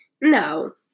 No